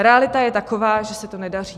Realita je taková, že se to nedaří.